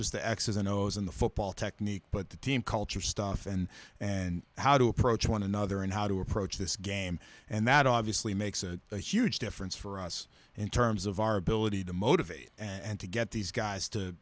just the x s and o's in the football technique but the team culture stuff and and how to approach one another and how to approach this game and that obviously makes a huge difference for us in terms of our ability to motivate and to get these guys to